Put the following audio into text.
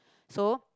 so